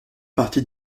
partie